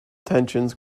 tensions